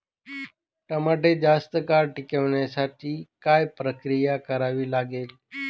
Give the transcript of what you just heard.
टमाटे जास्त काळ टिकवण्यासाठी काय प्रक्रिया करावी लागेल?